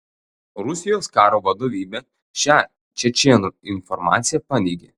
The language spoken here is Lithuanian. rusijos karo vadovybė šią čečėnų informaciją paneigė